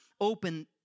open